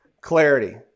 clarity